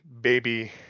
baby